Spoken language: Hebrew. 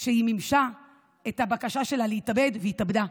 כשהיא מימשה את הבקשה שלה להתאבד והיא התאבדה.